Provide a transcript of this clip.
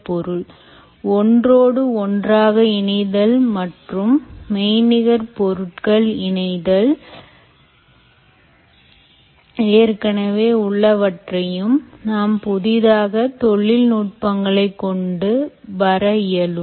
இப்பொழுது உள்ள மற்றும் வளர்ந்து வரும் தகவலின்அடிப்படையில் ஒன்றோடு ஒன்றாக இணைத்தல் மற்றும் மெய்நிகர் பொருட்கள் இணைத்தல் ஏற்கனவே உள்ளவற்றையும் நாம் புதிதாக தொழில் நுட்பங்களை கொண்டு வர இயலும்